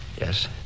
Yes